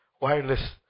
wireless